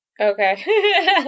Okay